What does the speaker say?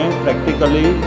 practically